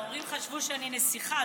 ההורים חשבו שאני נסיכה,